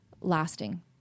lasting